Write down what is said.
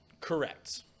Correct